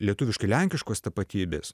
lietuviškai lenkiškos tapatybės